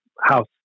house